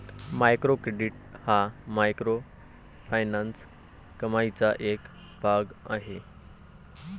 micro credit हा microfinance कमाईचा एक भाग आहे